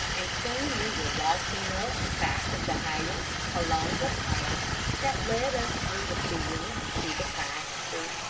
and soon we were walking up, back of the house, along a path that led us through the fields to the pasture.